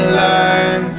learn